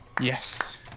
Yes